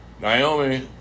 Naomi